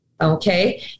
Okay